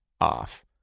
off